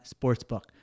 sportsbook